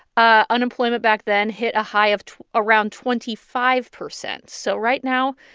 ah unemployment back then hit a high of around twenty five percent. so right now,